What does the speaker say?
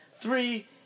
Three